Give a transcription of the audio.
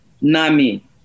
NAMI